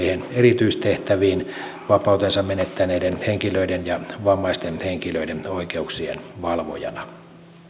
näihin oikeusasiamiehen erityistehtäviin vapautensa menettäneiden henkilöiden ja vammaisten henkilöiden oikeuksien valvojana